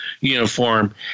uniform